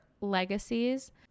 legacies